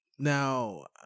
Now